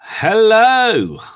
Hello